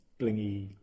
blingy